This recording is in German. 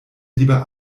lieber